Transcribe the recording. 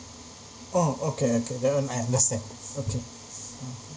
oh okay okay that one I understand okay okay